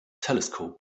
telescope